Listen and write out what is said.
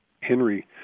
Henry